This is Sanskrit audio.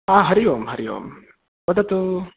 हा हरि ओम् हरि ओम् वदतु